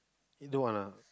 you don't want ah